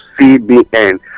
CBN